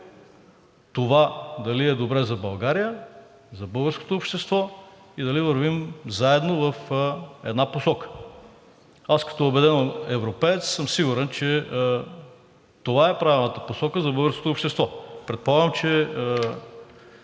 това дали е добре за България, за българското общество и дали вървим заедно в една посока? Аз като убеден европеец съм сигурен, че това е правилната посока за българското общество. Предполагам, че